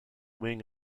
wing